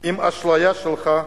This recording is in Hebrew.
עם האשליה שלך,